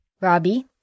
Robbie